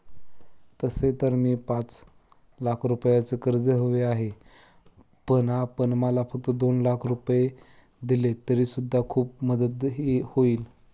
तसे तर मला पाच लाख रुपयांचे कर्ज हवे आहे, पण आपण मला फक्त दोन लाख रुपये दिलेत तरी सुद्धा खूप मदत होईल